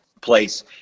place